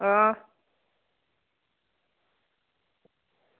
हां